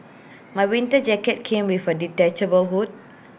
my winter jacket came with A detachable hood